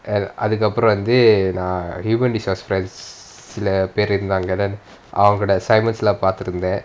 and அதுக்கு அப்புறம் வந்து நான்:athuku appuram vanthu naan human resource friends சில பேரு இருந்தாங்க அவங்க:sila peru irunthanga avanga assignments பாத்து இருந்தாங்க:paathu irunthanga